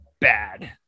bad